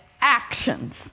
Actions